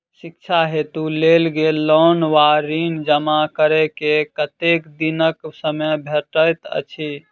शिक्षा हेतु लेल गेल लोन वा ऋण जमा करै केँ कतेक दिनक समय भेटैत अछि?